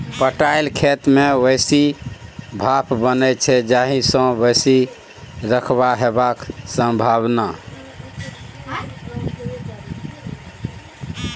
पटाएल खेत मे बेसी भाफ बनै छै जाहि सँ बेसी बरखा हेबाक संभाबना